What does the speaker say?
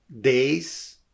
days